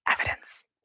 Evidence